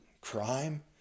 crime